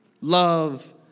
love